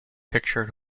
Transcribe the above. pictured